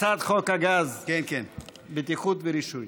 הצעת חוק הגז (בטיחות ורישוי).